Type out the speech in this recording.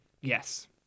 yes